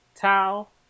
Towel